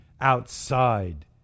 outside